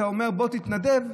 אתה אומר: בוא תתנדב?